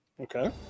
Okay